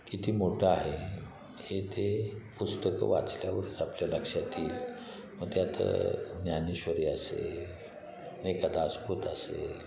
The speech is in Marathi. किती मोठं आहे हे ते पुस्तकं वाचल्यावरच आपल्या लक्षात येईल मग त्यात ज्ञानेश्वरी असेल दासबोध असेल